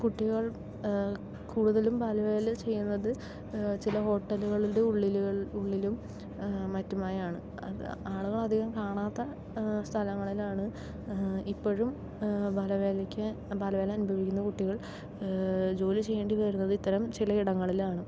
കുട്ടികൾ കൂടുതലും ബാല വേല ചെയ്യുന്നത് ചില ഹോട്ടലുകളിലും ഉള്ളിലുക ഉള്ളിലും മറ്റുമായാണ് അത് ആളുകൾ അധികം കാണാത്ത സ്ഥലങ്ങളിലാണ് ഇപ്പഴും ബാലവേലയ്ക്ക് ബാലവേല അനുഭവിക്കുന്ന കുട്ടികൾ ജോലി ചെയ്യേണ്ടി വരുന്നത് ഇത്തരം ചിലയിടങ്ങളിലാണ്